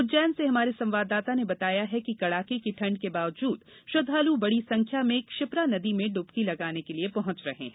उज्जैन से हमारे संवाददाता ने बताया है कि कड़ाके की ठंड के बावजूद श्रद्वालु बड़ी संख्या में क्षिप्रा नदी में डुबकी लगाने के लिए पहॅंचे हैं